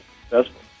successful